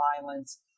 violence